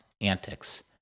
antics